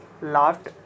laughed